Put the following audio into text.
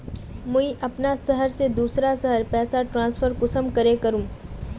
मुई अपना शहर से दूसरा शहर पैसा ट्रांसफर कुंसम करे करूम?